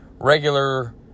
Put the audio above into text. regular